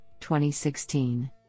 2016